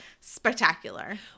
spectacular